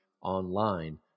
online